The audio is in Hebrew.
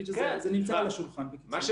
הם